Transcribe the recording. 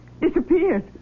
Disappeared